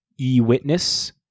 E-Witness